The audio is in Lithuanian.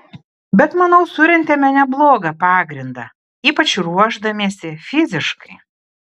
bet manau surentėme neblogą pagrindą ypač ruošdamiesi fiziškai